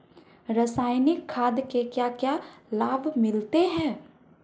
रसायनिक खाद के क्या क्या लाभ मिलते हैं?